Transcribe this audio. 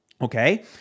okay